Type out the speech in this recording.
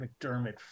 McDermott